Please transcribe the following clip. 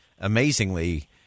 amazingly